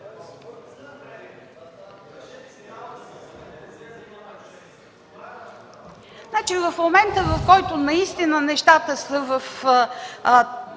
В момента, в който наистина нещата са